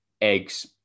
eggs